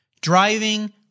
driving